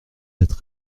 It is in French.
d’être